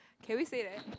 can we say that